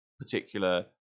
particular